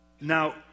Now